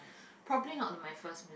probably not my first